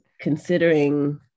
considering